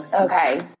okay